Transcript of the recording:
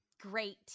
great